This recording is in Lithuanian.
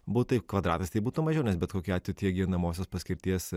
butai kvadratais tai būtų mažiau nes bet kokiu atveju tie gyvenamosios paskirties